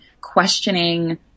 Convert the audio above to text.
questioning